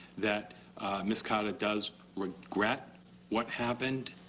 that ms. carter does regret what happened.